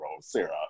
Sarah